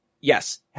yes